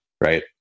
right